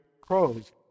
crows